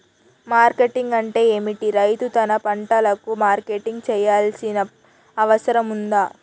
Marketing అంటే ఏమిటి? రైతు తన పంటలకు మార్కెటింగ్ చేయాల్సిన అవసరం ఉందా?